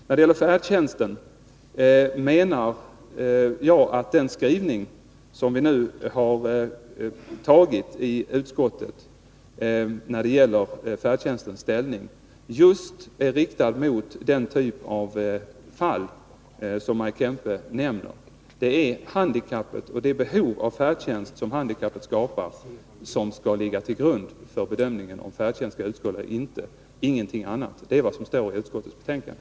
När det gäller färdtjänstens ställning menar jag att den skrivning som har antagits av utskottet är riktad mot just den typ av fall som Maj Kempe nämner. Det är det behov av färdtjänst som handikappet skapar som skall ligga till grund för bedömningen om färdtjänstbidrag skall utgå eller inte, ingenting annat. Det är vad som står i utskottets betänkande.